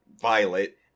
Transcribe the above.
violet